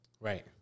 Right